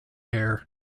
air